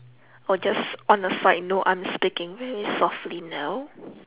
oh just on the side note I'm speaking very softly now